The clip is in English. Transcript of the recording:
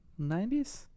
90s